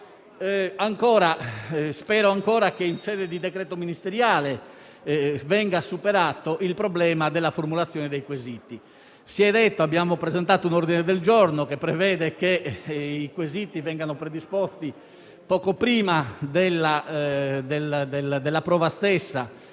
Spero anche che in sede di decreto ministeriale venga superato il problema della formulazione dei quesiti. Abbiamo presentato un ordine del giorno che prevede che i quesiti vengano predisposti poco prima della prova stessa